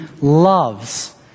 loves